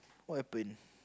what happen